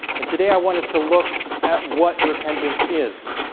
and today i want us to look at what repentance is